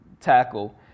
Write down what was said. tackle